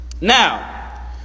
Now